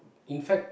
in fact